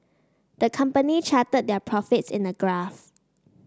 the company charted their profits in a graph